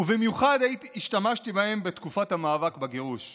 ובמיוחד השתמשתי בהן בתקופת המאבק בגירוש.